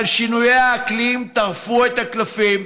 אבל שינויי האקלים טרפו את הקלפים,